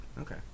okay